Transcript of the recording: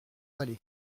vallée